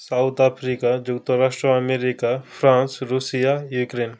south Africa ଯୁକ୍ତରାଷ୍ଟ୍ର America France Russia Ukraine